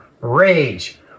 rage